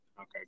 Okay